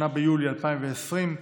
8 ביולי 2020,